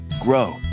grow